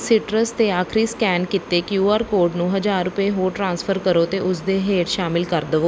ਸੀਟਰਸ 'ਤੇ ਆਖਰੀ ਸਕੈਨ ਕੀਤੇ ਕਿਊ ਆਰ ਕੋਡ ਨੂੰ ਹਜ਼ਾਰ ਰੁਪਏ ਹੋਰ ਟ੍ਰਾਂਸਫਰ ਕਰੋ ਅਤੇ ਉਸ ਦੇ ਹੇਠ ਸ਼ਾਮਿਲ ਕਰ ਦਵੋ